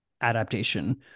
Adaptation